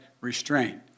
restraint